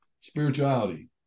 spirituality